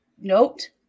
note